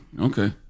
Okay